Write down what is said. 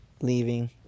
leaving